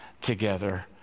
together